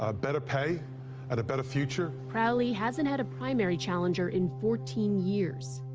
ah better pay and a better future. crowley hasn't had a primary challenger in fourteen years,